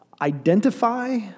identify